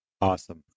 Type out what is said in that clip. Awesome